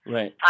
Right